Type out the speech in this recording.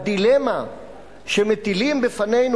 בדילמה שמטילים בפנינו,